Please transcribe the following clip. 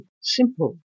simple